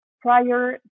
prior